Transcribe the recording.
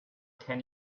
can